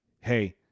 hey